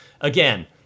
again